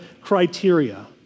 criteria